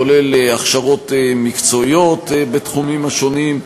כולל הכשרות מקצועיות בתחומים השונים.